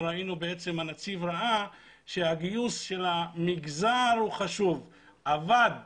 הנציב ראה שהגיוס של המגזר הוא חשוב והוא עבד